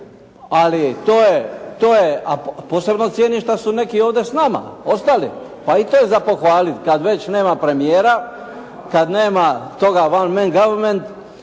je, to je, a posebno cijenim što su neki ovdje s nama ostali, pa i to je za pohvaliti, kada već nema premijera, kada nema toga one man goverment,